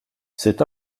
cet